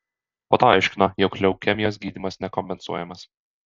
po to aiškino jog leukemijos gydymas nekompensuojamas